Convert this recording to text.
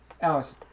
Alice